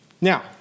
Now